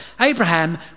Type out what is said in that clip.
Abraham